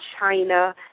China